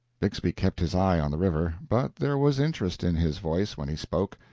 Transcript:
bixby kept his eye on the river, but there was interest in his voice when he spoke.